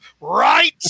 Right